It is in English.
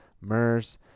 MERS